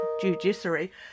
judiciary